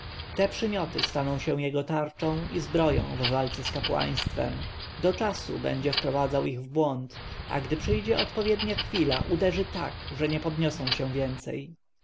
te przymioty staną się jego tarczą i zbroją w walce z kapłaństwem do czasu będzie wprowadzał ich w błąd a gdy przyjdzie odpowiednia chwila uderzy tak że nie podniosą się więcej